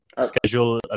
schedule